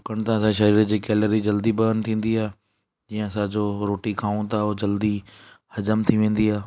ॾुकण था त शरीर जी कैलरी जल्दी बर्न थींदी आहे जीअं असां जो रोटी खाऊं था उहो जल्दी हज़म थी वेंदी आहे